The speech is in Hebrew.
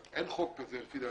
אין חוק כזה לפי דעתי.